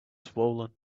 swollen